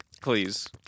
Please